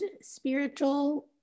spiritual